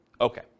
Okay